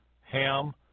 Ham